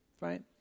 right